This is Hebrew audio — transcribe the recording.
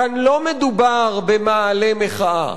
כאן לא מדובר במאהלי מחאה,